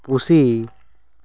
ᱯᱩᱥᱤ